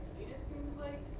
it seems like.